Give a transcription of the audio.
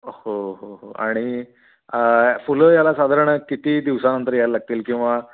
हो हो हो आणि फुलं याला साधारण किती दिवसानंतर यायला लागतील किंवा